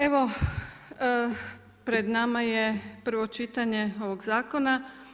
Evo pred nama je prvo čitanje ovog zakona.